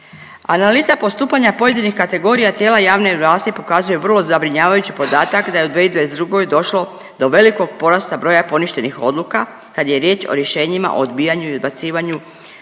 Analiza postupanja pojedinih kategorija tijela javne vlasti pokazuje vrlo zabrinjavajući podatak da je u 2022. došlo do velikog porasta broja poništenih odluka kad je riječ o rješenjima o odbijanju i odbacivanju